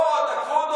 לא רק תקפו.